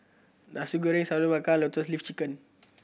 Nasi Goreng Sagu Melaka Lotus Leaf Chicken